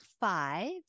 five